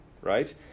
right